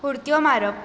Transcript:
उडक्यो मारप